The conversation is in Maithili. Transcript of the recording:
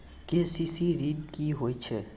के.सी.सी ॠन की होय छै?